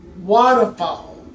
waterfall